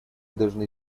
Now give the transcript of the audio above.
должны